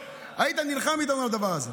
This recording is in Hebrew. היית נלחם איתנו על הדבר הזה.